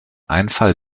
einfall